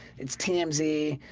it's pansy